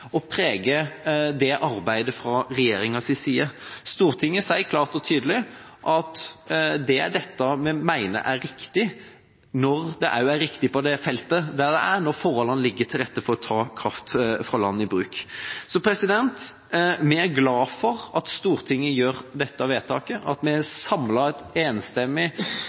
må prege det arbeidet fra regjeringens side. Stortinget sier klart og tydelig at det er dette vi mener er riktig – når det også er riktig på det aktuelle feltet, når forholdene ligger til rette for å ta kraft fra land i bruk. Vi er glade for at Stortinget gjør dette vedtaket, at vi har samlet en – så å si i hvert fall – enstemmig komité og et enstemmig